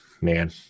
Man